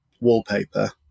wallpaper